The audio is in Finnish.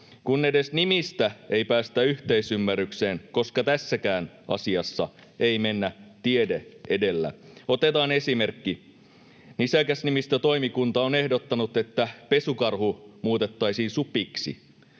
kun edes nimistä ei päästä yhteisymmärrykseen, koska tässäkään asiassa ei mennä tiede edellä. Otetaan esimerkki: nisäkäsnimistötoimikunta on ehdottanut, että pesukarhu muutettaisiin supiksi.